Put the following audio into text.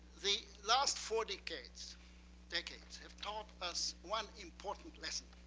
the last four decades decades have taught us one important lesson.